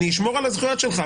אני אשמור על הזכויות שלך,